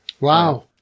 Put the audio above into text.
Wow